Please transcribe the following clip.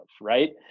right